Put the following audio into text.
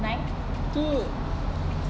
tu